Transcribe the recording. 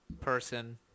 person